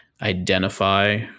identify